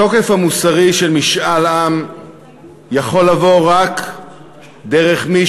התוקף המוסרי של משאל עם יכול לבוא רק דרך מי